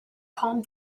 palm